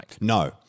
no